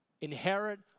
inherit